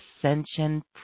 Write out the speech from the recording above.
ascension